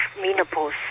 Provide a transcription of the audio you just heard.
menopause